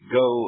go